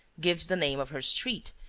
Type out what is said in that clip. gives the name of her street,